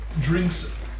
drinks